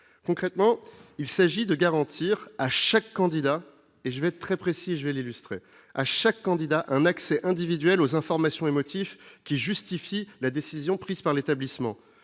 concrètement, il s'agit de garantir à chaque candidat et je vais être très précis, je vais l'illustre à chaque candidat un accès individuel aux informations émotif qui justifie la décision prise par l'établissement